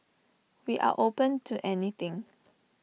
we are open to anything